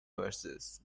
horses